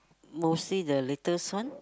mostly the latest one